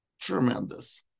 tremendous